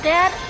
Dad